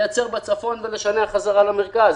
לייצר בצפון ולשנע בחזרה למרכז,